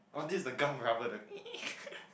oh this is the gum rubber the